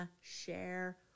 share